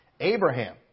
Abraham